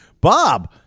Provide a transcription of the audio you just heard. Bob